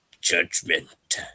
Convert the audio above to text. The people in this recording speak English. judgment